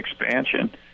expansion